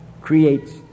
creates